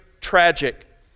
tragic